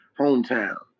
hometown